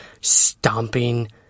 stomping